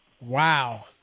Wow